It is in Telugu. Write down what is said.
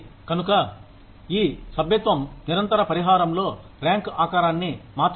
కనుక ఈ సభ్యత్వం నిరంతర పరిహారంలో ర్యాంక్ ఆకారాన్ని మార్చగలదు